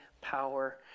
power